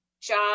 job